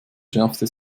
schärfte